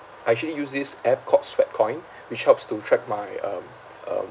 I actually use this app called sweatcoin which helps to track my um um